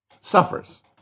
suffers